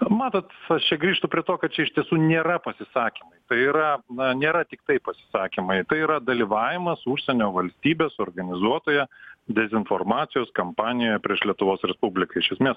matot aš čia grįžtu prie to kad čia iš tiesų nėra pasisakymai tai yra na nėra tiktai pasisakymai tai yra dalyvavimas užsienio valstybės suorganizuotoje dezinformacijos kampanijoje prieš lietuvos respubliką iš esmės